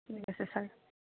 ঠিক আছে ছাৰ